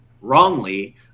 wrongly